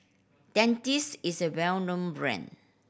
Dentiste is a well known brand